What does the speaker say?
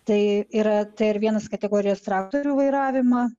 tai yra t ir vienas kategorijos traktorių vairavimą